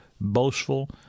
boastful